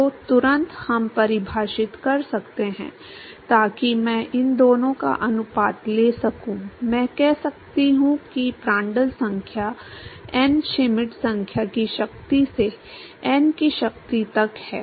तो तुरंत हम परिभाषित कर सकते हैं ताकि मैं इन दोनों का अनुपात ले सकूं मैं कह सकता हूं कि प्रांड्ल संख्या n श्मिट संख्या की शक्ति से n की शक्ति तक है